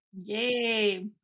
Yay